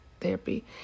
therapy